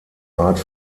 art